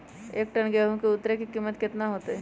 एक टन गेंहू के उतरे के कीमत कितना होतई?